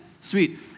Sweet